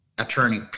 attorney